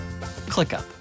ClickUp